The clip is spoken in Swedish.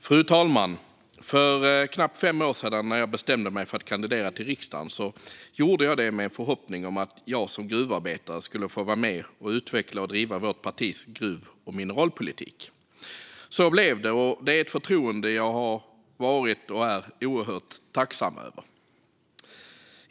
Fru talman! När jag för knappt fem år sedan bestämde mig för att kandidera till riksdagen gjorde jag det med en förhoppning om att jag som gruvarbetare skulle få vara med och utveckla och driva vårt partis gruv och mineralpolitik. Så blev det, och det är ett förtroende jag har varit och är oerhört tacksam över.